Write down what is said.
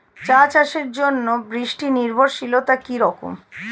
চা চাষের জন্য বৃষ্টি নির্ভরশীলতা কী রকম?